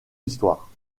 histoire